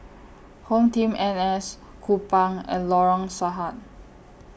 HomeTeam N S Kupang and Lorong Sahad